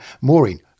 Maureen